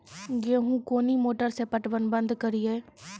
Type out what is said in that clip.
गेहूँ कोनी मोटर से पटवन बंद करिए?